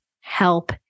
help